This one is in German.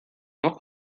noch